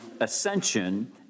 ascension